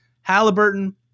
Halliburton